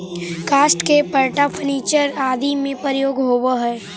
काष्ठ के पट्टा फर्नीचर आदि में प्रयोग होवऽ हई